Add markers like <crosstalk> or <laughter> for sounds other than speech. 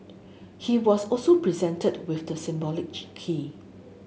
he was also presented with the symbolic <unintelligible> key